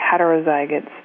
heterozygotes